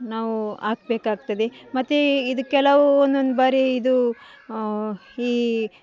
ನಾವು ಹಾಕ್ಬೇಕಾಗ್ತದೆ ಮತ್ತೆ ಇದು ಕೆಲವು ಒಂದೊಂದು ಬಾರಿ ಇದು ಈ